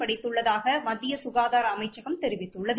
படைத்துள்ளதாக மத்திய சுகாதார அமைச்சகம் தெரிவித்துள்ளது